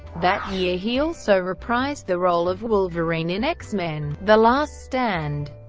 that year he also reprised the role of wolverine in x-men the last stand.